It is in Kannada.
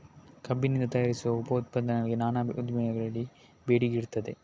ಕಬ್ಬಿನಿಂದ ತಯಾರಿಸುವ ಉಪ ಉತ್ಪನ್ನಗಳಿಗೆ ನಾನಾ ಉದ್ದಿಮೆಗಳಲ್ಲಿ ಬೇಡಿಕೆ ಇರ್ತದೆ